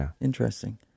Interesting